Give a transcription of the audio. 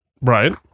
Right